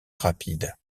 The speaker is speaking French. rapide